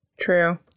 True